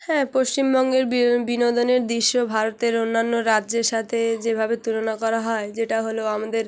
হ্যাঁ পশ্চিমবঙ্গের বিনোদনের দৃশ্য ভারতের অন্যান্য রাজ্যের সাথে যেভাবে তুলনা করা হয় যেটা হলো আমাদের